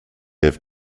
have